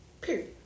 Period